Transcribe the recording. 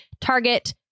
Target